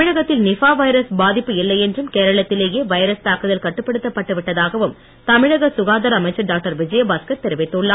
தமிழகத்தில் Nipah virus பாதிப்பு இல்லையென்றும் கேரளத்திலேயே வைரஸ் தாக்குதல் கட்டுப்படுத்தப் பட்டுவிட்டதாகவும் தமிழக சுகாதார அமைச்சர் டாக்டர் விஜயபாஸ்கர் தெரிவித்துள்ளார்